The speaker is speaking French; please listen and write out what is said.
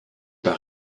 pas